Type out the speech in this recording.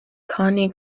connie